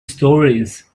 stories